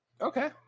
Okay